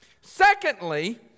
Secondly